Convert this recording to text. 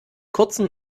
kurzem